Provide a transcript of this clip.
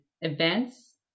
events